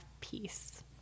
peace